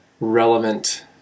relevant